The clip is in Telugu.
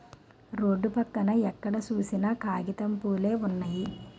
రోడ్డు పక్కన ఎక్కడ సూసినా కాగితం పూవులే వున్నయి